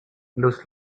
looks